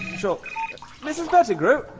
sure mrs pettigrew?